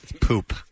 Poop